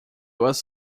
was